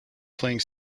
playing